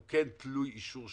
הוא כן תלוי אישור שלכם.